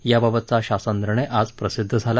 याबाबतचा शासन निर्णय आज प्रसिद्ध झाला